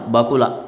Bakula